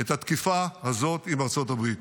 את התקיפה הזאת עם ארצות הברית.